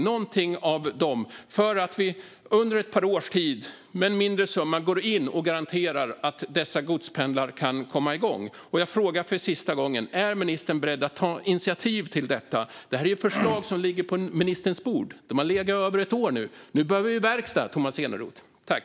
Någonting av detta behövs, så att vi under ett par års tid går in med en mindre summa och garanterar att dessa godspendlar kan komma igång. Jag frågar för sista gången: Är ministern beredd att ta initiativ till detta? Det här är ju förslag som ligger på ministerns bord; de har legat där i över ett år. Nu behöver vi verkstad, Tomas Eneroth.